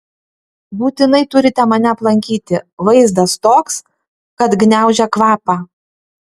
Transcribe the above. būtinai turite mane aplankyti vaizdas toks kad gniaužia kvapą